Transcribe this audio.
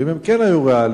ואם הם כן היו ריאליים,